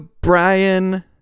Brian